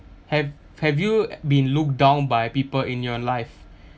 have have you been look down by people in your life